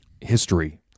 history